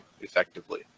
effectively